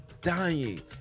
dying